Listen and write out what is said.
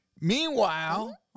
meanwhile